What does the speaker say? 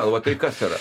va tai kas yra